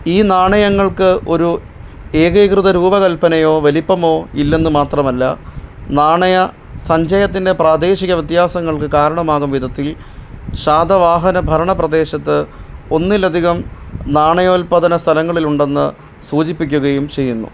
ഈ നാണയങ്ങൾക്ക് ഒരു ഏകീകൃത രൂപകൽപ്പനയോ വലിപ്പമോ ഇല്ലെന്ന് മാത്രമല്ല നാണയസഞ്ചയത്തിന്റെ പ്രാദേശികവ്യത്യാസങ്ങൾക്ക് കാരണമാകും വിധത്തില് ശാതവാഹന ഭരണപ്രദേശത്ത് ഒന്നിലധികം നാണയോല്പാദന സ്ഥലങ്ങളിലുണ്ടെന്ന് സൂചിപ്പിക്കുകയും ചെയ്യുന്നു